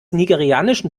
nigerianischen